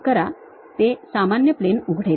ते सामान्य प्लेन उघडेल